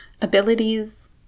abilities